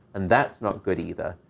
and that's not good either.